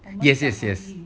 yes yes yes